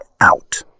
out